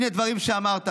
הינה דברים שאמרת: